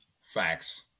Facts